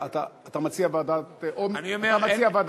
אתה מציע ועדת חינוך?